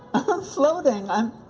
i'm floating! i'm,